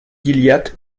gilliatt